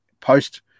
post